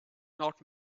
not